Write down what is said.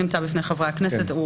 שנמצא בפני חברי הכנסת.